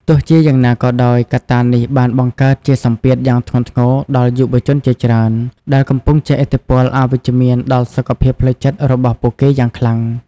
ទោះជាយ៉ាងណាក៏ដោយ កត្តានេះបានបង្កើតជាសម្ពាធយ៉ាងធ្ងន់ធ្ងរដល់យុវជនជាច្រើន ដែលកំពុងជះឥទ្ធិពលអវិជ្ជមានដល់សុខភាពផ្លូវចិត្តរបស់ពួកគេយ៉ាងខ្លាំង។